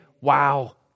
Wow